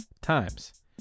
times